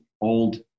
old